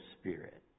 spirit